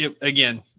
again